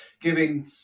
giving